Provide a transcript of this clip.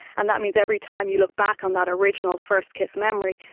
and that means every time you look back on that original first kiss memory,